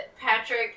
Patrick